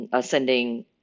sending